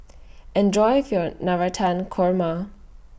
Enjoy your Navratan Korma